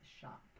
Shop